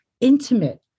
intimate